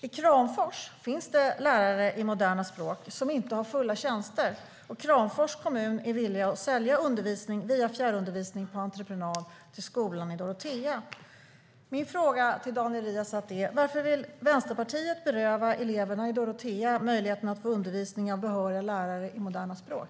I Kramfors finns lärare i moderna språk som inte har fulla tjänster, och Kramfors kommun är villig att sälja undervisning via fjärrundervisning på entreprenad till skolan i Dorotea. Min fråga till Daniel Riazat är: Varför vill Vänsterpartiet beröva eleverna i Dorotea möjligheten att få undervisning av behöriga lärare i moderna språk?